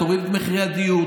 תוריד את מחירי הדיור,